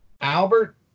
Albert